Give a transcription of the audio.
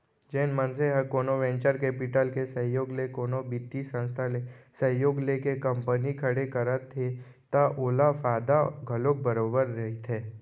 जेन मनसे ह कोनो वेंचर कैपिटल के सहयोग ले कोनो बित्तीय संस्था ले सहयोग लेके कंपनी खड़े करत हे त ओला फायदा घलोक बरोबर रहिथे